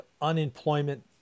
unemployment